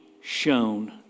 shown